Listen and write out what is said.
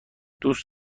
دوست